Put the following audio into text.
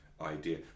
Idea